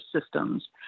systems